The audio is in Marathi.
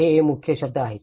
तर हे मुख्य शब्द आहेत